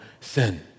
sin